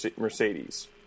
Mercedes